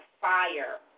fire